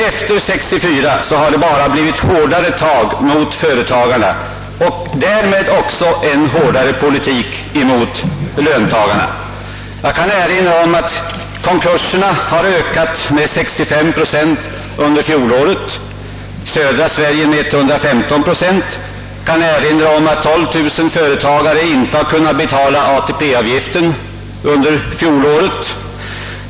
Efter detta år har det bara blivit hårdare tag mot företagarna och därmed också en hårdare politik mot löntagarna. Jag kan erinra om att konkurserna har ökat med 65 procent under fjolåret — i södra Sverige med 115 procent — och att 12000 företagare inte har kunnat betala ATP-avgiften.